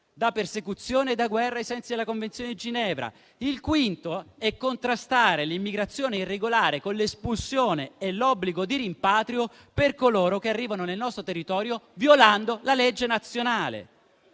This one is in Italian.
da persecuzioni e da guerre ai sensi della Convenzione di Ginevra. Il quinto è contrastare l'immigrazione irregolare con l'espulsione e l'obbligo di rimpatrio per coloro che arrivano nel nostro territorio violando la legge nazionale.